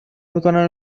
میکنن